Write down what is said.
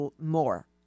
more